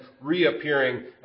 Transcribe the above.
reappearing